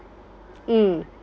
mm